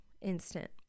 instant